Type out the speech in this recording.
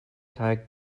teig